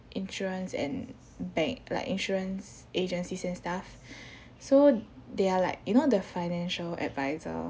insurance and bank like insurance agencies and stuff so they are like you know the financial adviser